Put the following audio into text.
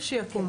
וביקשתי,